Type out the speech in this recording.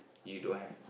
you don't have